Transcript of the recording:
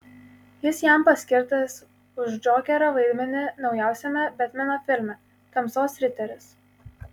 jis jam paskirtas už džokerio vaidmenį naujausiame betmeno filme tamsos riteris